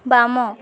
ବାମ